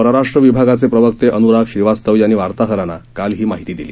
परराष्ट्र विभागाचे प्रवक्ते अन्राग श्रीवास्तव यांनी वार्ताहरांना काल ही माहिती दिली